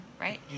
right